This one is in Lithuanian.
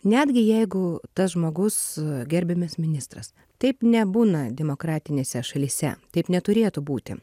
netgi jeigu tas žmogus gerbiamas ministras taip nebūna demokratinėse šalyse taip neturėtų būti